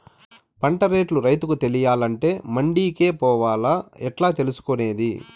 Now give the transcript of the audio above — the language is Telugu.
పంట రేట్లు రైతుకు తెలియాలంటే మండి కే పోవాలా? ఎట్లా తెలుసుకొనేది?